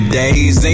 days